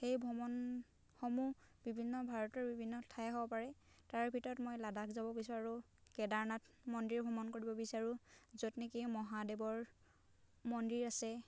সেই ভ্ৰমণসমূহ বিভিন্ন ভাৰতৰ বিভিন্ন ঠাই হ'ব পাৰে তাৰ ভিতৰত মই লাডাখ যাব বিচাৰোঁ কেডাৰনাথ মন্দিৰ ভ্ৰমণ কৰিব বিচাৰোঁ য'ত নেকি মহাদেৱৰ মন্দিৰ আছে